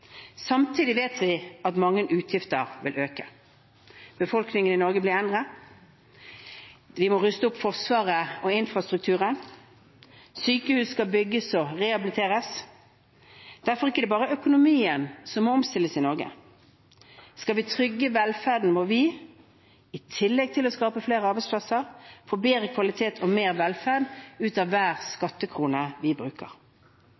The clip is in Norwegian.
Samtidig vet vi at mange utgifter vil øke. Befolkningen i Norge blir eldre, vi må ruste opp Forsvaret og infrastrukturen, sykehus skal bygges og rehabiliteres. Derfor er det ikke bare økonomien som må omstilles i Norge. Skal vi trygge velferden, må vi i tillegg til å skape flere arbeidsplasser få bedre kvalitet og mer velferd ut av hver skattekrone vi bruker.